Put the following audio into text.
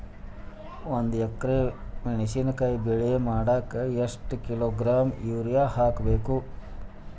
ಒಂದ್ ಎಕರೆ ಮೆಣಸಿನಕಾಯಿ ಬೆಳಿ ಮಾಡಾಕ ಎಷ್ಟ ಕಿಲೋಗ್ರಾಂ ಯೂರಿಯಾ ಹಾಕ್ಬೇಕು?